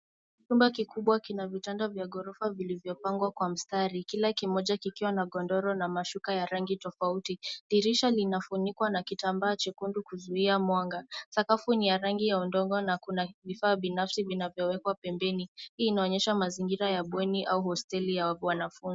Chumba kikubwa kina vitanda vya ghorofa vilivyopangwa kwa mstari, kila kimoja kikiwa na godoro na mashuka ya rangi tofauti. Dirisha linafunikwa na kitambaa chekundu kuzuia mwanga. Sakafu ni ya rangi ya udongo na kuna vifaa binafsi vinavyowekwa pembeni. Hii inaonyesha mazingira ya bweni au hosteli ya wanafunzi.